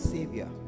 Savior